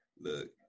look